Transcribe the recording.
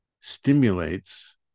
stimulates